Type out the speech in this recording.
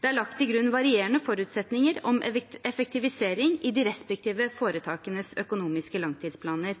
Det er lagt til grunn varierende forutsetninger om effektivisering i de respektive foretakenes økonomiske langtidsplaner.